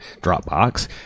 Dropbox